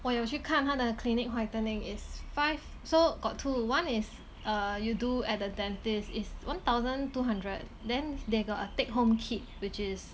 我有去看他的 clinic whitening is five so got two one is err you do at a dentist is one thousand two hundred then they got a take home kit which is